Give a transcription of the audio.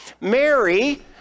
Mary